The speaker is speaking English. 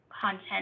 content